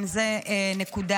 גם זאת נקודה